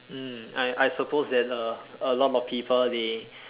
mm I I suppose that a a lot of people they